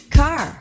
car